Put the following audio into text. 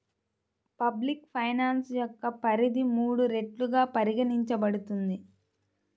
public finance యొక్క పరిధి మూడు రెట్లుగా పరిగణించబడుతుంది